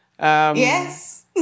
yes